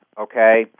okay